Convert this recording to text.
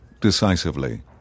decisively